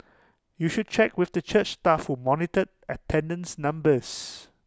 you should check with the church staff who monitored attendance numbers